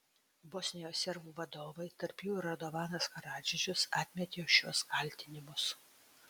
bosnijos serbų vadovai tarp jų ir radovanas karadžičius atmetė šiuos kaltinimus